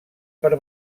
per